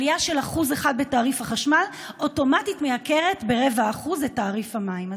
עלייה של 1% בתעריף החשמל אוטומטית מייקרת ב-0.4% את תעריף המים.